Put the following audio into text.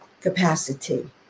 capacity